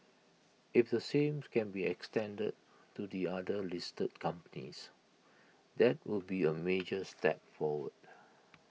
if the same's can be extended to the other listed companies that would be A major step forward